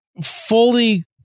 fully